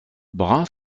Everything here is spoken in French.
brun